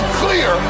clear